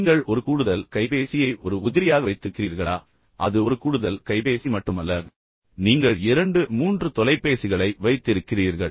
நீங்கள் ஒரு கூடுதல் கைபேசியை ஒரு உதிரியாக வைத்திருக்கிறீர்களா அல்லது நீங்கள் அந்த வகையானவரா அது ஒரு கூடுதல் கைபேசி மட்டுமல்ல ஆனால் நீங்கள் இரண்டு மூன்று தொலைபேசிகளை உங்களுடன் வைத்திருக்கிறீர்கள்